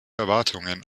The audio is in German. erwartungen